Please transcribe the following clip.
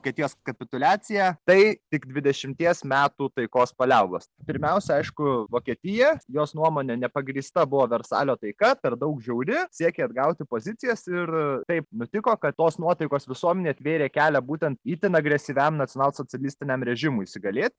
kad jos kapituliacija tai tik dvidešimties metų taikos paliaubos pirmiausia aišku vokietija jos nuomone nepagrįsta buvo versalio taika per daug žiauri siekė atgauti pozicijas ir taip nutiko kad tos nuotaikos visuomenėj atvėrė kelią būtent itin agresyviam nacionalsocialistiniam režimui įsigalėt